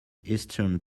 eastern